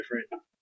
different